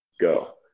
go